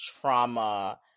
trauma